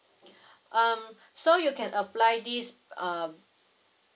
um so you can apply this uh